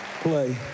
Play